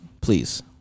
please